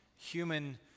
human